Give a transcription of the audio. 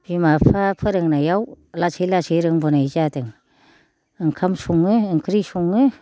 बिमा फबिफा फोरोंनायाव लासै लासै रोंबोनाय जादों ओंखाम सङो ओंख्रि सङो